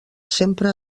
sempre